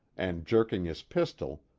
and jerking his pistol,